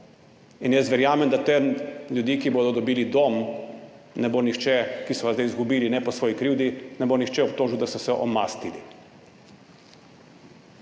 In jaz verjamem, da teh ljudi, ki bodo dobili dom in so ga zdaj izgubili, ne po svoji krivdi, ne bo nihče obtožil, da so se omastili.